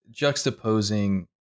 juxtaposing